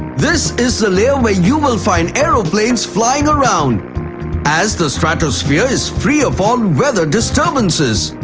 this is the layer where you will find aeroplanes flying around as the stratosphere is free of all weather disturbances.